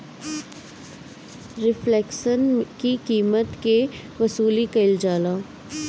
reflection में कीमत के वसूली कईल जाला